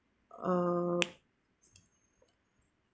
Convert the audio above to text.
uh